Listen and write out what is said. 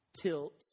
tilt